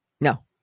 No